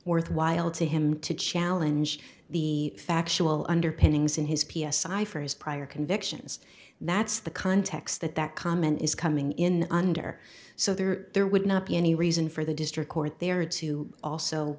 worthwhile to him to challenge the factual underpinnings in his p s i for his prior convictions that's the context that that comment is coming in under so there there would not be any reason for the district court there to also